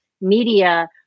media